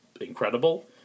incredible